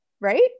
right